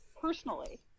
personally